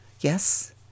Yes